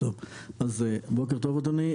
אז בוקר טוב אדוני,